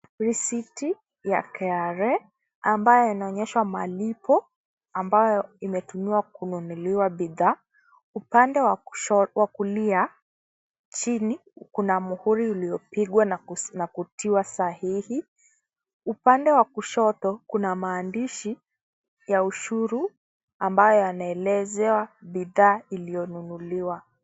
Risiti ya KRA ambayo inaonyesha malipo ambayo imetuniwa kununuliwa bidhaa. Upande wa kulia chini kuna muuri uliopigwa na kutiwa sahihi. Upande wa kushoto kuna maandishi ya ushuri ambayo yanaelezea bidhaa iliyonunuliwa.